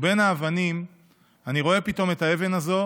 ובין האבנים אני רואה פתאום את האבן הזו